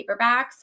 paperbacks